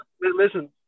Listen